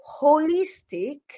holistic